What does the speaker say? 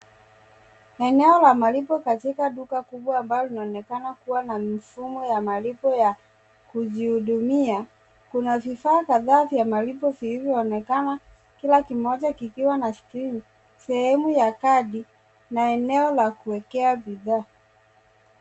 Eneo la malipo katika duka kubwa ambalo linaonekana kuwa na mfumo wa malipo ya kujiuhudumia. Kuna vifaa kataa vya malipo vilivyoonekana kila kimoja kikiwa na skrini sehemu ya kadi na eneo la kuwekea bidhaa.